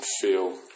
feel